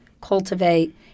cultivate